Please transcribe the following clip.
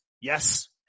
yes